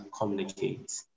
communicate